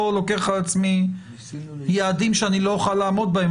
לוקח על עצמי יעדים שלא אוכל לעמוד בהם,